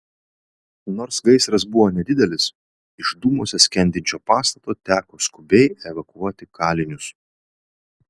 nors gaisras buvo nedidelis iš dūmuose skendinčio pastato teko skubiai evakuoti kalinius